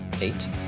eight